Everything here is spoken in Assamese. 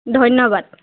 ধন্যবাদ